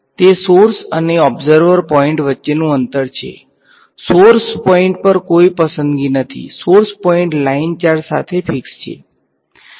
તે સોર્સ અને observer point વચ્ચેનું અંતર છે સોર્સ પોઈંટ પર કોઈ પસંદગી નથી સોર્સ પોઈંટ લાઈન ચાર્જ સાથે ફીક્સ છે